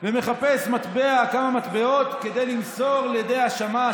ומחפש כמה מטבעות כדי למסור לידי השמש,